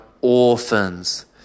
orphans